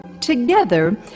Together